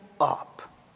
up